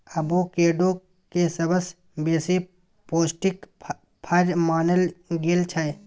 avocado केँ सबसँ बेसी पौष्टिक फर मानल गेल छै